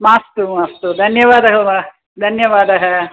मास्तु मास्तु धन्यवादः वा धन्यवादः